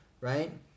right